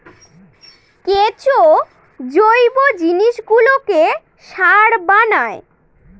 কেঁচো জৈব জিনিসগুলোকে সার বানায়